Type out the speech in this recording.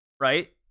right